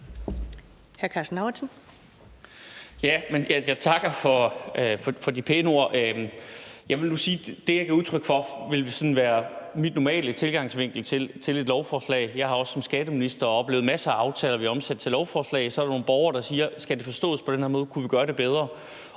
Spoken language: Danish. Jeg takker for de pæne ord. Jeg vil sige, at det, jeg gav udtryk for, ville sådan være min normale tilgangsvinkel til et lovforslag. Jeg har også som skatteminister oplevet masser af aftaler blive omsat til lovforslag. Så er der nogle borgere, der siger: Skal det forstås på den her måde? Kunne vi gøre det bedre?